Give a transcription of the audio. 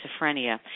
schizophrenia